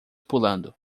pulando